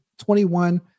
21